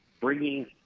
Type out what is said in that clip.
bringing